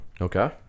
Okay